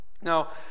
Now